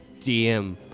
DM